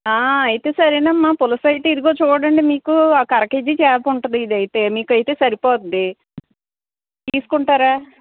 అయితే సరేనమ్మా పులసయితే ఇదిగో చూడండి మీకు ఒక అర కేజి చేప ఉంటుంది ఇది అయితే మీకయితే సరిపోతుంది తీసుకుంటారా